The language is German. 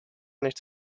nichts